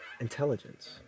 intelligence